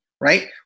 right